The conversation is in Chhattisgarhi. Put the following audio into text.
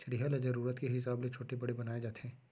चरिहा ल जरूरत के हिसाब ले छोटे बड़े बनाए जाथे